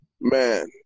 man